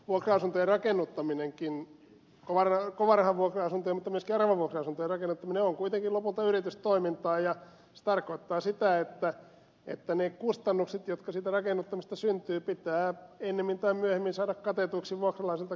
vuokra asuntojen rakennuttaminenkin kovan rahan vuokra asuntojen mutta myöskin aravavuokra asuntojen rakennuttaminen on kuitenkin lopulta yritystoimintaa ja se tarkoittaa sitä että ne kustannukset jotka siitä rakennuttamisesta syntyvät pitää ennemmin tai myöhemmin saada katetuiksi vuokralaisilta kerättävissä vuokrissa